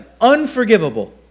unforgivable